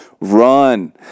run